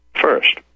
First